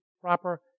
proper